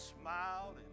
smiled